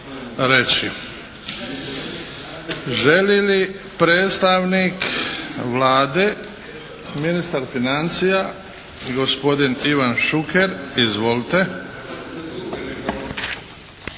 Želi li predstavnik Vlade ministar financija, gospodin Ivan Šuker? Izvolite.